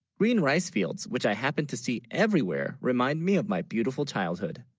green rice fields, which i happen to see everywhere remind, me of my beautiful childhood,